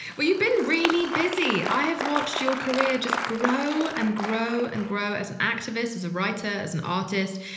well, you've been really busy. i have watched your career just grow and grow and grow as an activist, as a writer, as an artist,